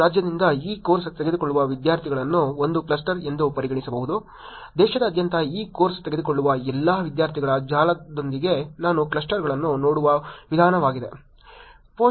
ಒಂದು ರಾಜ್ಯದಿಂದ ಈ ಕೋರ್ಸ್ ತೆಗೆದುಕೊಳ್ಳುವ ವಿದ್ಯಾರ್ಥಿಗಳನ್ನು ಒಂದು ಕ್ಲಸ್ಟರ್ ಎಂದು ಪರಿಗಣಿಸಬಹುದು ದೇಶಾದ್ಯಂತ ಈ ಕೋರ್ಸ್ ತೆಗೆದುಕೊಳ್ಳುವ ಎಲ್ಲಾ ವಿದ್ಯಾರ್ಥಿಗಳ ಜಾಲದೊಳಗೆ ನಾನು ಕ್ಲಸ್ಟರ್ಗಳನ್ನು ನೋಡುವ ವಿಧಾನವಾಗಿದೆ